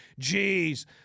Jeez